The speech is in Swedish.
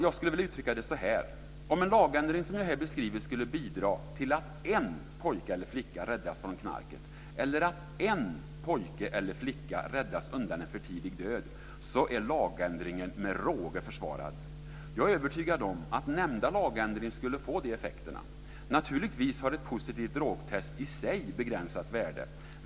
Jag skulle vilja uttrycka det så här: Om den lagändring som jag här beskriver skulle bidra till att en pojke eller flicka räddas från knarket eller att en pojke eller flicka räddas undan en för tidig död, är lagändringen med råge försvarad. Jag är övertygad om att nämnda lagändring skulle få de effekterna. Naturligtvis har ett positivt drogtest i sig begränsat värde.